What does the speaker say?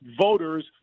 voters